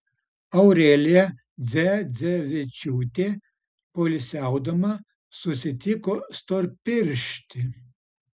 aurelija dzedzevičiūtė poilsiaudama susitiko storpirštį